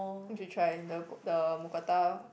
you should try the the mookata lor